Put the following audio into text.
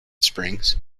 springs